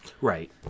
Right